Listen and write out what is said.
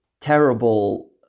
terrible